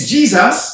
Jesus